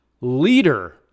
leader